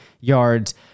yards